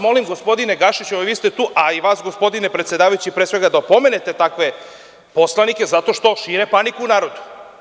Molim vas, gospodine Gašiću, vi ste tu, a i vas gospodine predsedavajući, da opomenete takve poslanike zato što šire paniku u narodu.